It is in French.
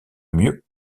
mieux